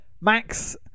Max